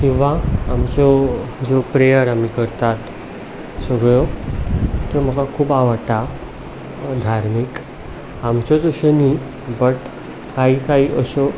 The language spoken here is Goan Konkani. किंवां आमच्यो ज्यो प्रेयर आमी करतात सगळ्यो त्यो म्हाका खूब आवडटा धार्मीक आमच्योच अश्यो न्हय बट कांय कांय अश्यो